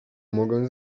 mogę